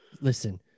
Listen